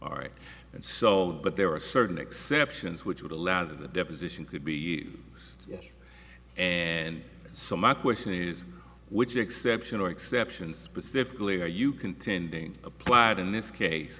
ari and so but there are certain exceptions which would allow the deposition could be yes and so my question is which exception are exceptions specifically are you contending applied in this case